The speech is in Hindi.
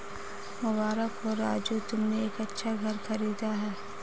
मुबारक हो राजू तुमने एक अच्छा घर खरीदा है